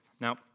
Now